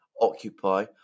occupy